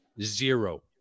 Zero